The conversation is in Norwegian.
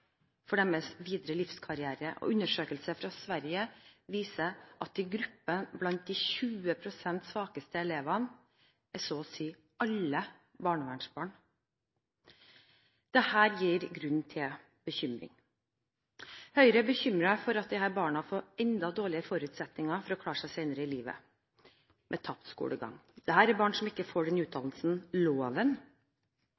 for deres videre livskarriere, og undersøkelse fra Sverige viser at i gruppen blant de 20 pst. svakeste elevene er så å si alle barnevernsbarn. Dette gir grunn til bekymring. Høyre er bekymret for at disse barna får enda dårligere forutsetninger for å klare seg senere i livet med tapt skolegang. Dette er barn som ikke får den